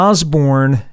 Osborne